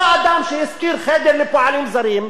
אותו אדם שהשכיר חדר לפועלים זרים,